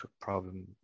problem